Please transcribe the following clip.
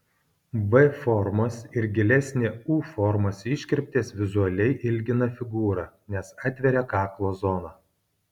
v formos ir gilesnė u formos iškirptės vizualiai ilgina figūrą nes atveria kaklo zoną